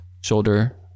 shoulder